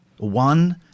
One